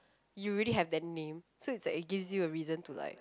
you already have that name so like it gives you a reason to like